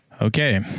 Okay